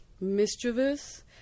mischievous